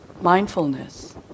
mindfulness